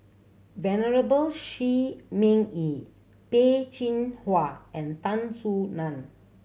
Venerable Shi Ming Yi Peh Chin Hua and Tan Soo Nan